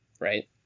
right